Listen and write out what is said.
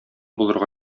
булырга